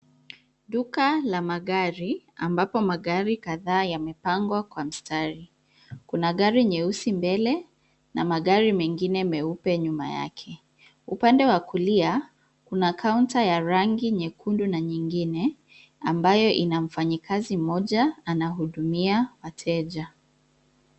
Duka la magari ambapo magari kadhaa yamepangwa kwa mstari. Kuna gari nyeusi mbele na magari mengine meupe nyuma yake. Upande wa kulia kuna kaunta ya rangi nyekundu na nyingine ambayo ina mfanyikazi mmoja anahudumia wateja.